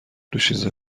دوشیزه